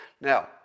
Now